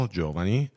giovani